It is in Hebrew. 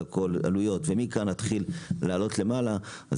של כל העלויות ומכאן נתחיל לעלות למעלה,